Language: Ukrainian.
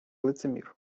лицемір